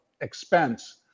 expense